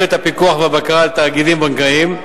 את הפיקוח והבקרה על תאגידים בנקאיים,